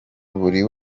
buri